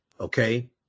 Okay